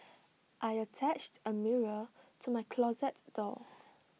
I attached A mirror to my closet door